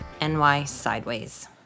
NYSideways